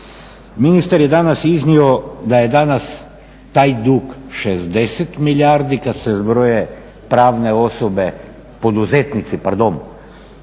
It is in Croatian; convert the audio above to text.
Ministar je danas iznio da je danas taj dug 60 milijardi kad se zbroje pravne osobe, poduzetnici pardon